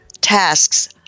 tasks